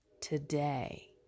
today